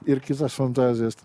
ir kitas fantazijas